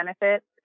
benefits